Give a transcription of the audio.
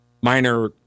minor